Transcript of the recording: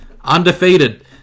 undefeated